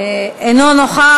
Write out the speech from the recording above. אינו נוכח.